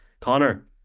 Connor